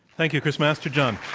thank you, chris masterjohn.